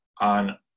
on